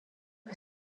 que